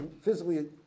physically